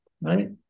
Right